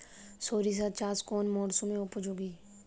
সরিষা চাষ কোন মরশুমে উপযোগী?